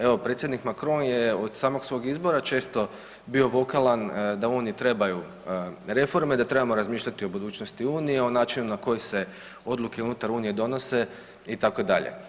Evo predsjednik Macron je od samog svog izbora često bio vokalan da Uniji trebaju reforme, da trebamo razmišljati o budućnosti Unije, o načinu na koji se odluke unutar Unije donose itd.